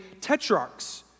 tetrarchs